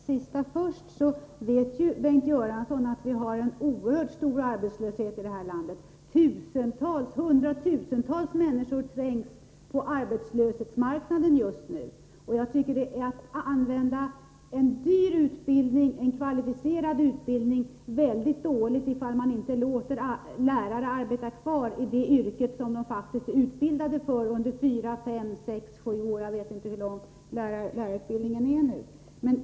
Herr talman! För att ta det sista Bengt Göransson sade först vill jag säga att vi har en oerhört hög arbetslöshet i det här landet — det vet ju Bengt Göransson. Tusentals, ja, hundratusentals människor är arbetslösa just nu. Jag tycker det är att använda en dyr och kvalificerad utbildning väldigt dåligt, om man inte låter lärarna arbeta kvar i det yrke de faktiskt har utbildat sig för under fyra, kanske upp till sju år — jag vet inte hur lång lärarutbildningen är nu.